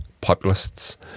populists